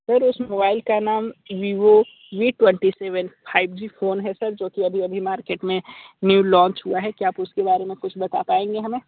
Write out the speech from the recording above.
sir उस mobile का नाम Vivo V twenty seven five G phone है सर जो की अभी अभी मार्केट में न्यू लॉन्च हुआ है क्या आप उसके बारे में कुछ बता पाएंगे हमें